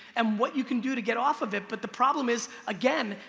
and what you can do to get off of it, but the problem is, again,